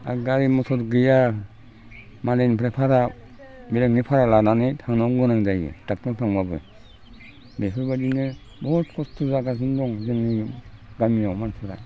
आरो गारि मथर गैया मालायनिफ्राय भारा बेलेगनि भारा लानानै थांनांगौ गोनां जायो डक्ट'रनाव थांबाबो बेफोरबादिनो बहुत खस्थ' जागासिनो दं जोंनिनो गामियाव मानसिफ्रा